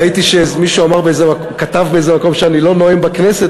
ראיתי שאיזה מישהו כתב באיזה מקום שאני לא נואם בכנסת,